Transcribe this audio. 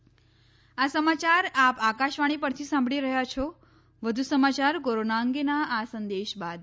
corona સંદેશ આ સમાચાર આપ આકાશવાણી પરથી સાંભળી રહ્યા છો વધુ સમાચાર કોરોના અંગેના આ સંદેશ બાદ